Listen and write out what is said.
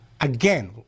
again